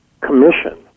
commission